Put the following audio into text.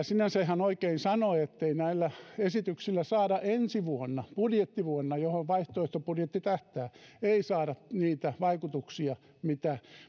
sinänsä ihan oikein mitä ministeri lintilä sanoi ettei näillä esityksillä saada ensi vuonna budjettivuonna johon vaihtoehtobudjetti tähtää niitä vaikutuksia mitä